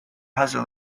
hustle